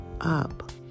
up